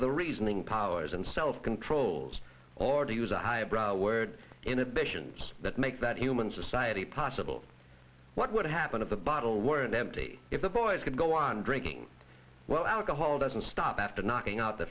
the reasoning powers and self controls or to use a highbrow word inhibitions that make that human society possible what would happen if the bottle weren't empty if the boy could go on drinking well alcohol doesn't stop after knocking out the